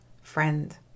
friend